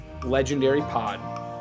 legendarypod